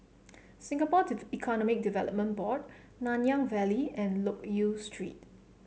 Singapore Economic Development Board Nanyang Valley and Loke Yew Street